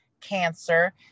cancer